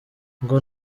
ngo